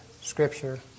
Scripture